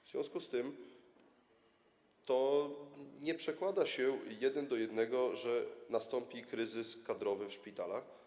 W związku z tym to nie przekłada się jeden do jednego na to, że nastąpi kryzys kadrowy w szpitalach.